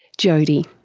jodie.